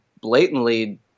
blatantly